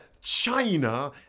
china